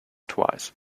twice